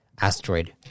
asteroid